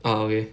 ah okay